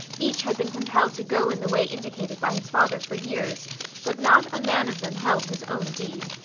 each had been compelled to go in the way indicated by his father for years but not a man of them held his own deed.